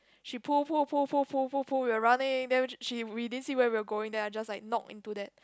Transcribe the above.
she pull pull pull pull pull pull pull we were running then she we didn't see where we were going then I just just like knock into that